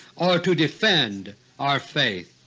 or to defend our faith.